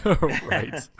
right